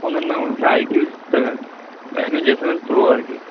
ফোনের নাম হচ্ছে I Q seven I Q J seven pro আর কি